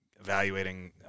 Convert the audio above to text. evaluating